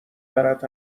برد